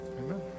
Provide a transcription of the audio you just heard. Amen